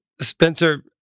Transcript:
Spencer